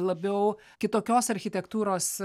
labiau kitokios architektūros